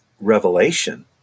revelation